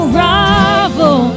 rival